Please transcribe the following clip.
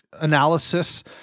analysis